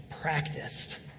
practiced